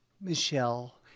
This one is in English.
Michelle